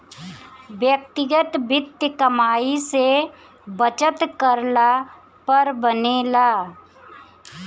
व्यक्तिगत वित्त कमाई से बचत करला पर बनेला